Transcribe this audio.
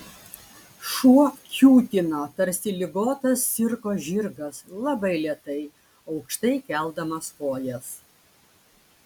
šuo kiūtino tarsi ligotas cirko žirgas labai lėtai aukštai keldamas kojas